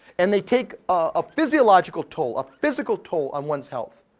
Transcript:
and they take a physiological toll, a physical toll, on one's health.